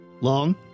Long